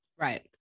Right